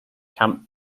camp